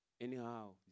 Anyhow